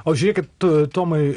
o žiūrėk kaip tu tomai